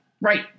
Right